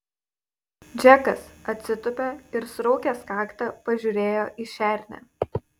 džekas atsitūpė ir suraukęs kaktą pažiūrėjo į šernę